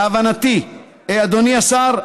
להבנתי, אדוני השר,